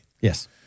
Yes